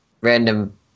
random